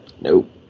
Nope